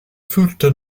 füllte